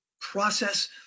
process